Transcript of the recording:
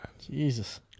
Jesus